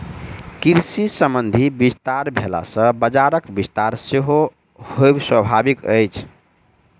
कृषि संबंधी विस्तार भेला सॅ बजारक विस्तार सेहो होयब स्वाभाविक अछि